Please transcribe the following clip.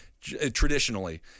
traditionally